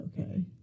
okay